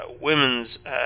women's